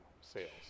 sales